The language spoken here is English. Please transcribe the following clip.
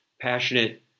passionate